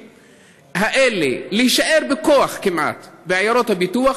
האלה להישאר בכוח כמעט בעיירות הפיתוח,